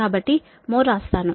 కాబట్టి మొ రాస్తాను